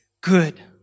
good